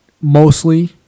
mostly